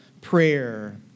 prayer